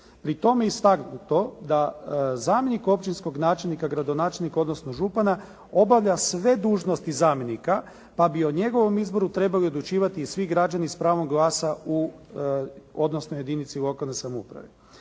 Pri tome je istaknuto da zamjenik općinskog načelnika, gradonačelnika, odnosno župana obavlja sve dužnosti zamjenika, pa bi o njegovom izboru trebali odlučivati svi građani s pravom glasa u jedinici lokalne samouprave.